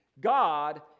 God